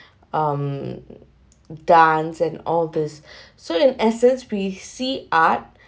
um dance and all these so in essence we see art